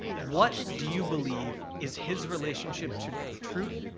what do you believe is his relationship to truth,